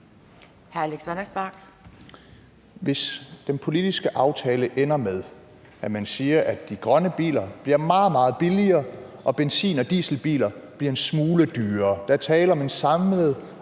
Hvis den politiske aftale ender med, at man siger, at de grønne biler bliver meget, meget billigere og benzin- og dieselbiler bliver en smule dyrere – der er tale om en